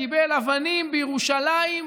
קיבל אבנים בירושלים,